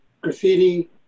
graffiti